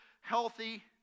healthy